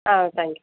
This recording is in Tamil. ah thank you